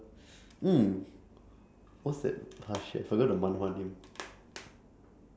what's that ah shit I don't know the manhwa name